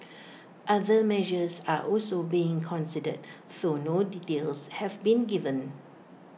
other measures are also being considered though no details have been given